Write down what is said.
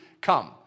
come